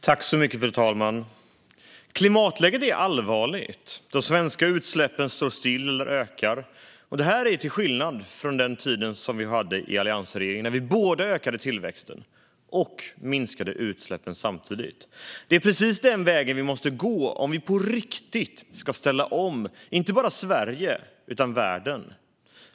Fru talman! Klimatläget är allvarligt. De svenska utsläppen ökar till skillnad från under vår tid i Alliansregeringen, då vi ökade tillväxten och minskade utsläppen samtidigt. Det är precis den vägen vi måste gå om vi på riktigt ska ställa om inte bara Sverige utan världen.